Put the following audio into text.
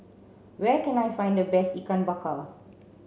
where can I find the best Ikan Bakar